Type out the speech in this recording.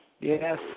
Yes